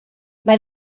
mae